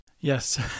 Yes